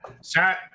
Sir